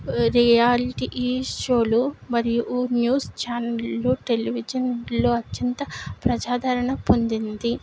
reality షోలు మరియు news ఛానళ్లు టెలివిజన్ లో అత్యంత ప్రజాదరణ పొందింది